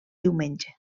diumenge